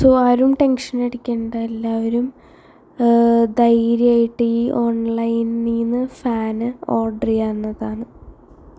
so ആരും tension അടിക്കേണ്ട എല്ലാവരും ധൈര്യമായിട്ട് ഈ ഓൺലൈനിൽ നിന്ന് ഫാന് ഓർഡർ ചെയ്യാവുന്നതാണ്